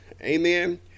Amen